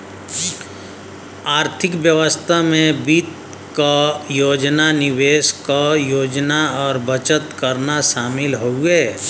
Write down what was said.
आर्थिक व्यवस्था में वित्त क योजना निवेश क योजना और बचत करना शामिल हउवे